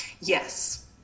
Yes